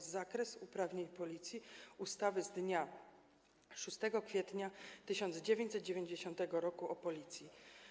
Zakres uprawnień Policji ustawy z dnia 6 kwietnia 1990 r. o Policji.